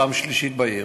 פעם שלישית בעיר.